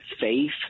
faith